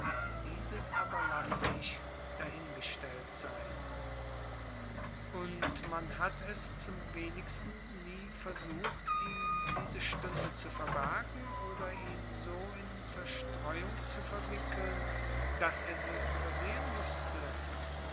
dieses aber lasse ich dahingestellt sein und man hat es zum wenigsten nie versucht ihm diese stunde zu verbergen oder ihn so in zerstreuung zu verwickeln daß er sie übersehen mußte